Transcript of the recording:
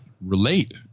relate